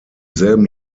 selben